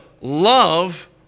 love